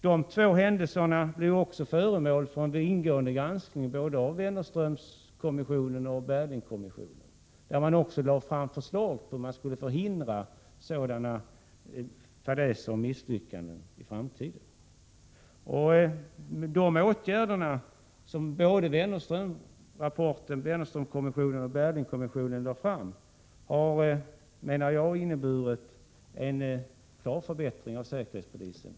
De två händelserna blev också föremål för en ingående granskning av både Wennerströmkommissionen och Berglingkommissionen, vilka också lade fram förslag om hur man skulle förhindra sådana fadäser och misslyckanden i framtiden. De förslag till åtgärder som både Wennerströmkommissionen och Berglingkommissionen lade fram har, menar jag, inneburit en klar förbättring av säkerhetspolisen.